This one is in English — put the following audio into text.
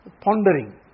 pondering